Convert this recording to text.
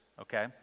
okay